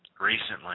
recently